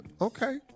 Okay